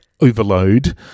Overload